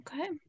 Okay